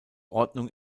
ordnung